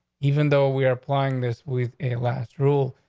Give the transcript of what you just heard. even though we're applying this with a last rule,